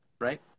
right